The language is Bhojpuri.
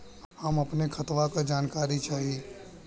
हम अपने खतवा क जानकारी चाही?